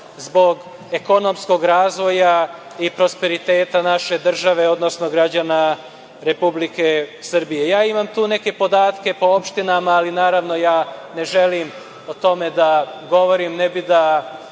zbog ekonomskog razvoja i prosperiteta naše države, odnosno građana Republike Srbije. Imam tu neke podatke po opštinama i naravno, ne želim o tome da govorim, ne bi da